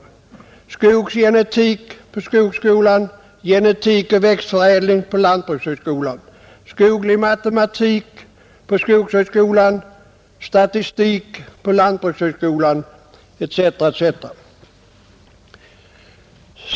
Det gäller skogsgenetik på skogshögskolan, genetik och växtförädling på lantbrukshögskolan, skoglig matematik på skogshögskolan, statistik på lantbrukshögskolan etc. etc.